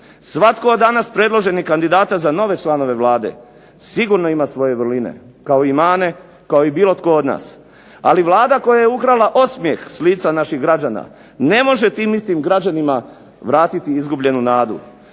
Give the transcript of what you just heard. Svatko od danas predloženih kandidata za nove članove Vlade sigurno ima svoje vrline, kao i mane, kao i bilo tko od nas, ali Vlada koja je ukrala osmjeh s lica naših građana ne može tim istim građanima vratiti izgubljenu nadu.